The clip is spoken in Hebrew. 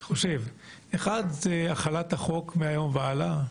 אחד הוא החלת החוק מהיום והלאה,